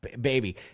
baby